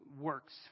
works